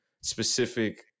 specific